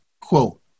quote